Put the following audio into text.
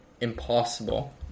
impossible